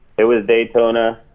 it was daytona,